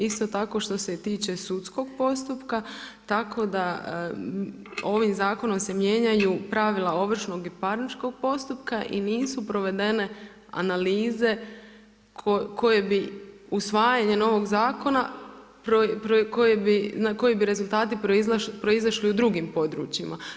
Isto tako što se tiče sudskog postupka, tako da, ovim zakonom se mijenjaju pravila ovršnog i parničkog postupka i nisu provedene analize koje bi usvajanje novog zakona, na koje bi rezultati proizašli u drugim područjima.